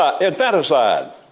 infanticide